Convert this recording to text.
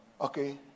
Okay